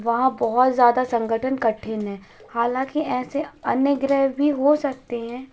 वहाँ बहुत ज़्यादा संगठन कठिन है हालाँकि ऐसे अन्य ग्रह भी हो सकते हैं